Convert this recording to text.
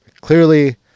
clearly